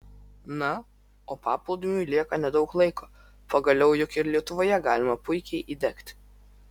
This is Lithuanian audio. na o paplūdimiui lieka nedaug laiko pagaliau juk ir lietuvoje galima puikiai įdegti